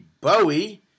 Bowie